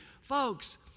Folks